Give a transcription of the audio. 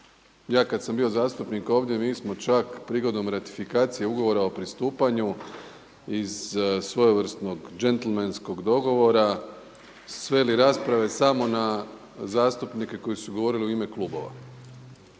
Ja kada sam bio zastupnik ovdje mi smo čak prigodom ratifikacije Ugovora o pristupanju iz svojevrsnog đentlmenskog dogovora sveli rasprave samo na zastupnike koji su govorili u ime klubova.